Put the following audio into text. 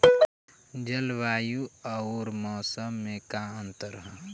जलवायु अउर मौसम में का अंतर ह?